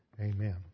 amen